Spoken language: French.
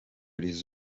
les